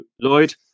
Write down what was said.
Lloyd